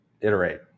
Iterate